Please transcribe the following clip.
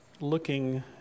looking